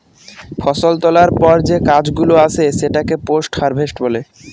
ফষল তোলার পর যে কাজ গুলো আসে সেটাকে পোস্ট হারভেস্ট বলে